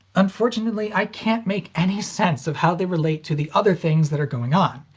unfortunately i can't make any sense of how they relate to the other things that are going on.